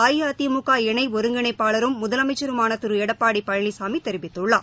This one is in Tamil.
அஇஅதிமுக இணை ஒருங்கிணைப்பாளரும் முதலமைச்சருமான திரு எடப்பாடி பழனிசாமி தெரிவித்துள்ளார்